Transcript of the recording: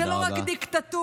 זו לא רק דיקטטורה,